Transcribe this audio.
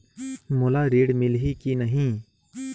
मोला ऋण मिलही की नहीं?